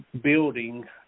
building